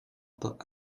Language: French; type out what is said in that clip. pas